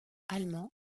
allemand